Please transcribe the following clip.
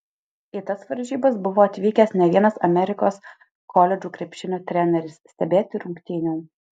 į tas varžybas buvo atvykęs ne vienas amerikos koledžų krepšinio treneris stebėti rungtynių